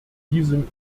diesem